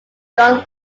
gun